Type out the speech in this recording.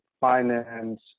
finance